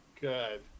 Good